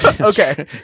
Okay